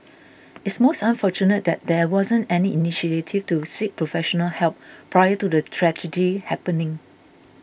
it's most unfortunate that there wasn't any initiative to seek professional help prior to the tragedy happening